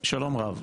שלום רב,